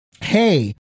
Hey